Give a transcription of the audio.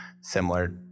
similar